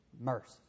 mercy